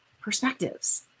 perspectives